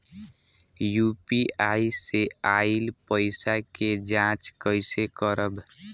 UPI से आइल पईसा के जाँच कइसे करब?